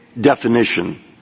definition